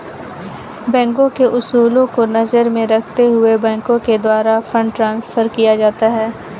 बैंकों के उसूलों को नजर में रखते हुए बैंकों के द्वारा फंड ट्रांस्फर किया जाता है